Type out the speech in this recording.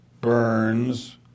Burns